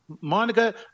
Monica